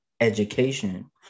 education